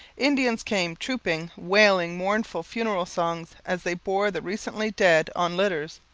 indians came trooping, wailing mournful funeral songs as they bore the recently dead on litters,